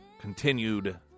continued